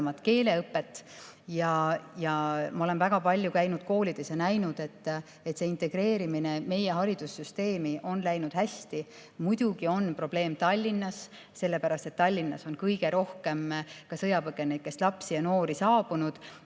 keeleõpet. Ma olen väga palju käinud koolides ja näinud, et integreerimine meie haridussüsteemi on läinud hästi. Muidugi on probleem Tallinnas. Tallinnasse on kõige rohkem sõjapõgenikest lapsi ja noori saabunud